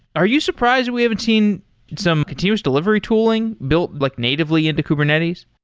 are you surprised we haven't seen some continuous delivery tooling built like natively into kubernetes?